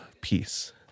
peace